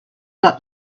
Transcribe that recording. that